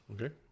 Okay